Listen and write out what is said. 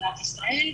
במדינת ישראל,